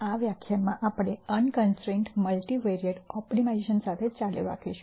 આ વ્યાખ્યાનમાં આપણે અનકન્સ્ટ્રૈન્ટ મલ્ટિવેરિએંટ ઓપ્ટિમાઇઝેશન સાથે ચાલુ રાખીશું